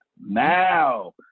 Now